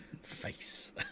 face